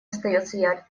остается